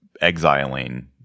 exiling